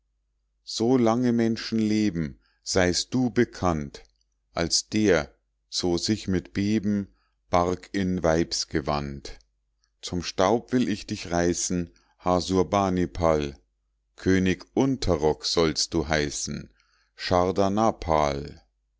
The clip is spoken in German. tamalal solange menschen leben seist du bekannt als der so sich mit beben barg in weibsgewand zum staub will ich dich reißen hasurbanipal könig unterrock sollst du heißen